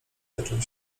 zaczął